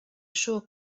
sure